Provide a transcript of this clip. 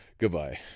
Goodbye